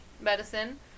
medicine